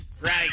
Right